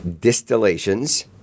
distillations